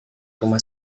rumah